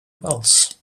wells